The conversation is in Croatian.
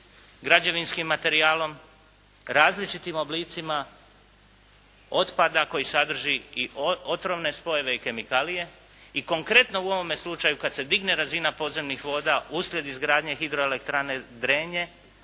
građevinskim materijalom, različitim oblicima otpada koji sadrži i otrovne spojeve i kemikalije i konkretno u ovome slučaju kada se digne razina podzemnih voda uslijed izgradnje Hidroelektrane Drenje,